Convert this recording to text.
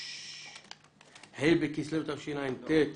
ה' בכסלו התשע"ט,